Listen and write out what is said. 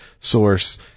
source